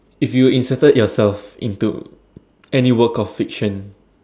if you inserted yourself into any work of fiction